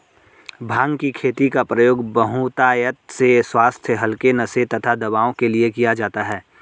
भांग की खेती का प्रयोग बहुतायत से स्वास्थ्य हल्के नशे तथा दवाओं के लिए किया जाता है